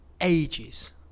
ages